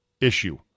issue